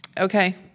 Okay